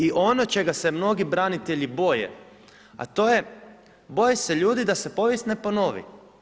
I ono čega se mnogi branitelji boje, a to je, boje se ljudi da se povijest ne ponovi.